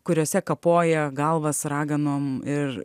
kuriose kapoja galvas raganom ir